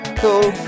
cool